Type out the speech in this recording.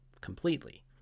completely